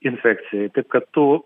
infekcijai taip kad tų